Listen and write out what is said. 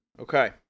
Okay